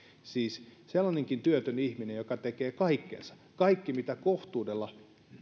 siis kun on sellainen työtön ihminen joka tekee kaikkensa kaiken mitä kohtuudella